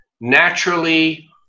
naturally